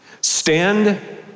Stand